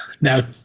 Now